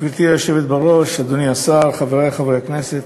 גברתי היושבת בראש, אדוני השר, חברי חברי הכנסת,